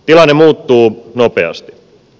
tilanne muuttuu nopeasti